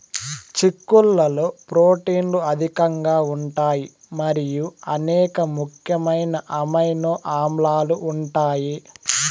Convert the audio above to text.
చిక్కుళ్లలో ప్రోటీన్లు అధికంగా ఉంటాయి మరియు అనేక ముఖ్యమైన అమైనో ఆమ్లాలు ఉంటాయి